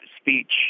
speech